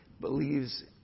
believes